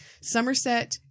Somerset